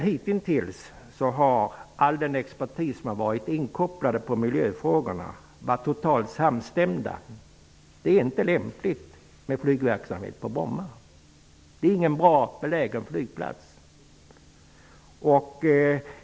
Hitintills har all den expertis som har varit inkopplad på miljöfrågorna varit totalt samstämmig: det är inte lämpligt med flygverksamhet på Bromma. Det är inget bra läge för en flygplats.